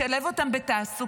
לשלב אותם בתעסוקה,